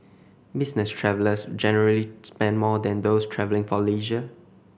business travellers generally spend more than those travelling for leisure